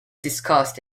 discussed